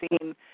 seen